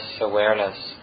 awareness